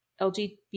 lgbt